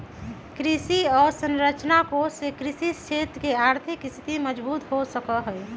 कृषि अवसरंचना कोष से कृषि क्षेत्र के आर्थिक स्थिति मजबूत हो सका हई